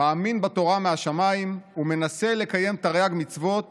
מאמין בתורה מהשמיים ומנסה לקיים תרי"ג מצוות